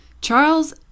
Charles